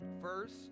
First